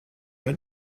ein